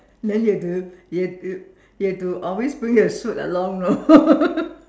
then you have to you have to you have to always bring your suit along you know